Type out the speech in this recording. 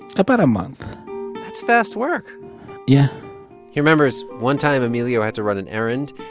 about a month that's fast work yeah he remembers one time emilio had to run an errand.